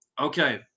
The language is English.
Okay